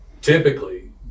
Typically